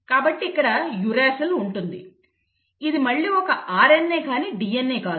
కాబట్టి ఇక్కడ యురేసిల్ ఉంటుంది ఇది మళ్ళీ ఒక RNA కానీ DNA కాదు